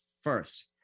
First